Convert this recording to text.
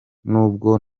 n’ubwo